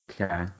Okay